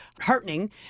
heartening